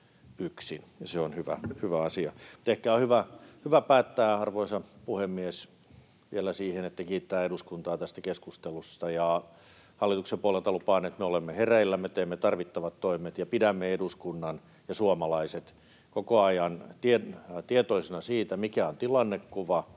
se on hyvä asia. Mutta ehkä on hyvä päättää, arvoisa puhemies, vielä siihen, että kiittää eduskuntaa tästä keskustelusta. Hallituksen puolelta lupaan, että me olemme hereillä, me teemme tarvittavat toimet ja pidämme eduskunnan ja suomalaiset koko ajan tietoisina siitä, mikä on tilannekuva